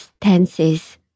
tenses